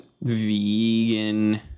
vegan